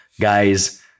Guys